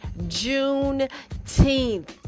Juneteenth